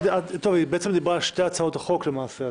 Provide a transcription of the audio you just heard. היא בעצם דיברה על שתי הצעות החוק למעשה,